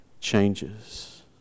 changes